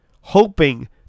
hoping